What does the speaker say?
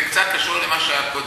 זה קצת קשור למה שהיה קודם,